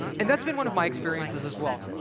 and that's been one of my experiences as well.